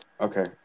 Okay